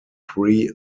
three